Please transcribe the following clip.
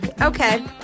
Okay